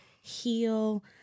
heal